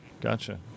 Gotcha